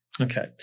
Okay